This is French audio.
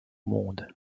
monde